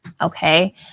Okay